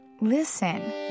Listen